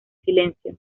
silencio